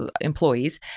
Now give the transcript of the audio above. employees